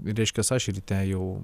reiškias aš ryte jau